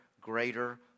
greater